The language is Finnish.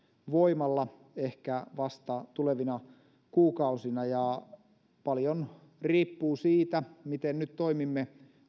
voimalla ehkä vasta tulevina kuukausina ja se kuinka taloutemme kehittyy tulevina vuosina riippuu paljon siitä miten nyt toimimme